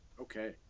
Okay